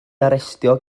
arestio